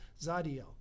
Zadiel